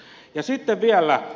sitten vielä